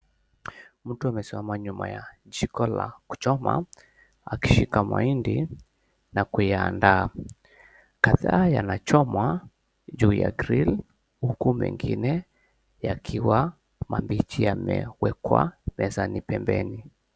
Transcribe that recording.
Mtu amesimama nyuma ya jiko la kuchoma akishika mahindi na kuyaandaa. Kadhaa yanachomwa juu ya grill huku mengine yakiwa mabichi yamewekwa mezani pembeni.